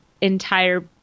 entire